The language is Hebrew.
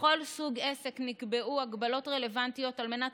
לכל סוג עסק נקבעו הגבלות רלוונטיות על מנת